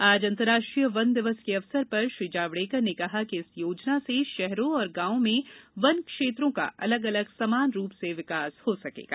आज अंतर्राष्ट्रीय वन दिवस के अवसर पर श्री जावड़ेकर ने कहा कि इस योजना से शहरों और गांवों में वन क्षेत्रों का अलग अलग समान रूप से विकास हो सकेगा